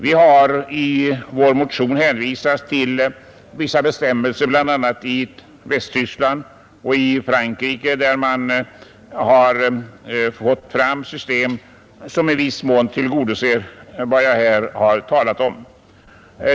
Vi har i vår motion hänvisat till vissa bestämmelser bl.a. i Västtyskland och Frankrike, där man har fått fram system som i viss mån tillgodoser vad jag här har talat om.